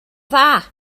dda